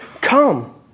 Come